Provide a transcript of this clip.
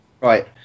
Right